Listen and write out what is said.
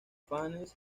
fanes